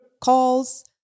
calls